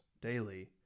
Daily